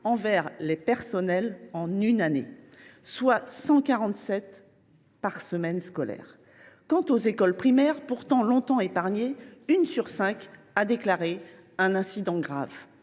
envers les personnels en un an, soit 147 par semaine scolaire. Quant aux écoles primaires, pourtant longtemps épargnées, une sur cinq a déclaré un incident grave.